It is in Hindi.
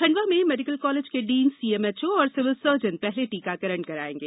खंडवा में मेडिकल कॉलेज के डीनसीएमएचओ और सिविल सर्जन पहले टीकाकरण करायेंगे